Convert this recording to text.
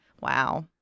Wow